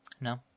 no